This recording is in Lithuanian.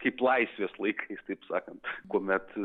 kaip laisvės laikais taip sakant kuomet